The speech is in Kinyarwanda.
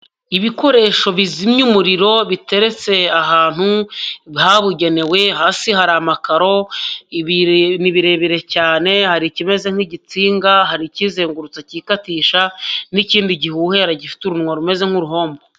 Ibikoresho bizimya umuriro biteretse ahantu habugenewe, hasi hari amakaro, ni birebire cyane hari ikimeze nk'igitsinga, hari ikizengurutsa cyikatisha, n'ikindi gihuhera gifite urunwa rumeze nk'uruhombo.